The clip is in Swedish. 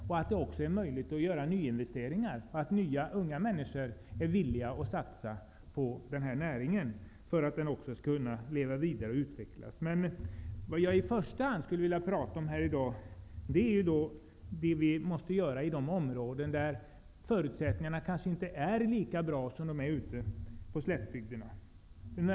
Det skall även vara lönsamt att göra nyinvesteringar, så att också unga människor är villiga att satsa på och utveckla jordbruksnäringen. Vad jag i första hand skulle vilja tala om här i dag är det som måste göras i de områden där förutsättningarna kanske inte är lika bra som ute på slättbygderna.